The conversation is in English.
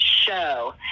show